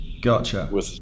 Gotcha